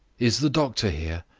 is the doctor here?